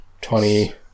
Twenty